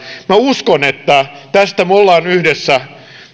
minä uskon että tästä meidän on yhdessä